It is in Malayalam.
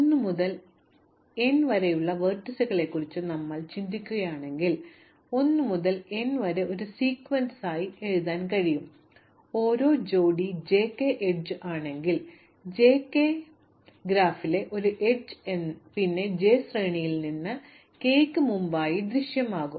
1 മുതൽ n വരെയുള്ള വെർട്ടീസുകളെക്കുറിച്ച് നിങ്ങൾ ചിന്തിക്കുകയാണെങ്കിൽ നിങ്ങൾക്ക് 1 മുതൽ n വരെ ഒരു സീക്വൻസായി എഴുതാൻ കഴിയും അങ്ങനെ ഓരോ ജോഡി ജെ കെ എഡ്ജ് ആണെങ്കിൽ ജെ കെ എന്റെ ഗ്രാഫിലെ ഒരു എഡ്ജ് പിന്നെ ജെ ശ്രേണിയിൽ k ന് മുമ്പായി ദൃശ്യമാകും